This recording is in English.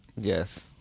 Yes